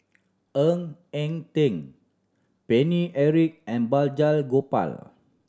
Ng Eng Teng Paine Eric and Balraj Gopal